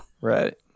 right